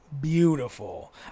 beautiful